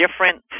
different